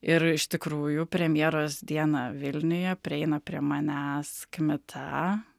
ir iš tikrųjų premjeros dieną vilniuje prieina prie manęs kmita